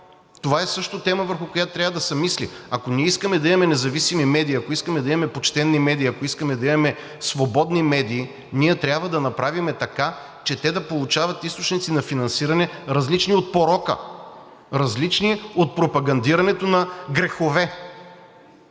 Това е също тема, върху която трябва да се мисли. Ако ние искаме да имаме независими медии, ако искаме да имаме почтени медии, ако искаме да имаме свободни медии, ние трябва да направим така, че те да получават източници на финансиране, различни от порока, различни от пропагандирането на грехове.